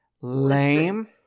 lame